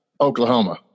Oklahoma